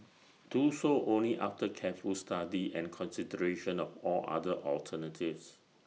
do so only after careful study and consideration of all other alternatives